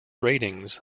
ratings